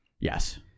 Yes